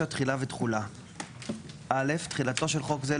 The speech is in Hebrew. תחילה תחולה 79. (א) תחילתו של חוק זה,